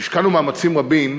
והשקענו מאמצים רבים.